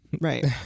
Right